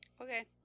Okay